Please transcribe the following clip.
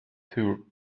two